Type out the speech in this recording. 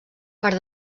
per